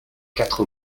quatre